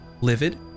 Livid